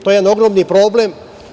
To je jedan ogroman problem.